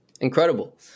Incredible